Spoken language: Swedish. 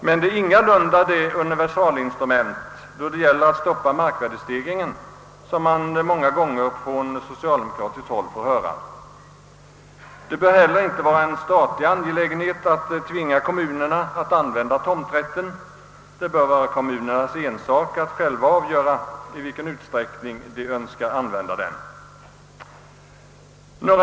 Men den är ingalunda något universalinstrument för att stoppa markvärdestegringen, vilket man många gånger får höra från socialdemokratiskt håll. Det bör inte heller vara en statlig angelägenhet att tvinga kommunerna att använda tomträtten, utan det bör vara kommunernas ensak att avgöra i vilken utsträckning de önskar använda den.